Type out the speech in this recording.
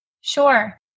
Sure